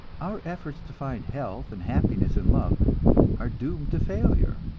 our efforts to find health and happiness in love are doomed to failure,